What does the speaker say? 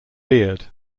beard